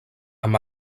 amb